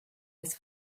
his